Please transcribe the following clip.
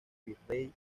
virrey